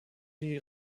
die